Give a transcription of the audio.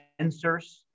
sensors